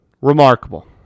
remarkable